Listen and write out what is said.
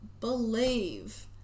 believe